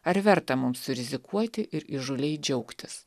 ar verta mums surizikuoti ir įžūliai džiaugtis